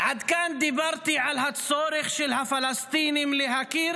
עד כאן דיברתי על הצורך של הפלסטינים להכיר